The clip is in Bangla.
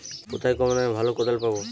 কোথায় কম দামে ভালো কোদাল পাব?